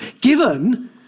given